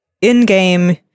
in-game